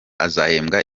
azahembwa